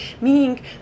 meaning